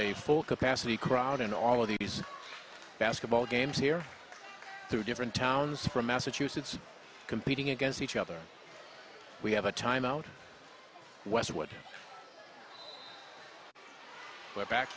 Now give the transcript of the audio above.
a full capacity crowd and all of these basketball games here three different towns from massachusetts competing against each other we have a time out west where back